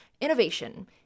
Innovation